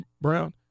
Brown